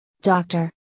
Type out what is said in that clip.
doctor